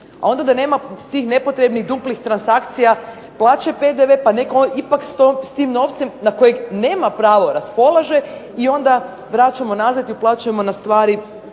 a onda da nema tih nepotrebnih duplih transakcija plaće PDV, pa nek' ipak s tim novcem na koje nema pravo raspolaže i onda vraćamo nazad i uplaćujemo na stvari